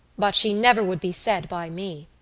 but she never would be said by me.